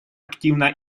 активно